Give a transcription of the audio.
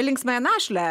linksmąją našlę